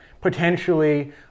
potentially